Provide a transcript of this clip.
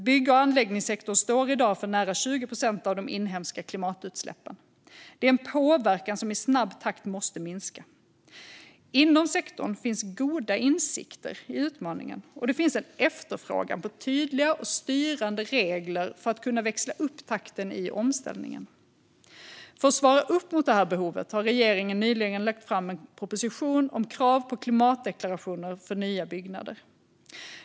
Bygg och anläggningssektorn står i dag för nära 20 procent av de inhemska klimatutsläppen. Det är en påverkan som i snabb takt måste minska. Inom sektorn finns goda insikter i utmaningen, och det finns en efterfrågan på tydliga och styrande regler för att kunna växla upp takten i omställningen. För att svara upp mot det här behovet har regeringen nyligen lagt fram en proposition om krav på klimatdeklarationer för nya byggnader.